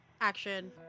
action